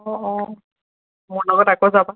অঁ অঁ মোৰ লগত আকৌ যাবা